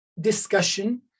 discussion